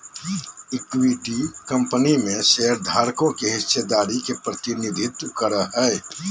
equity company में शेयरधारकों के हिस्सेदारी के प्रतिनिधित्व करो हइ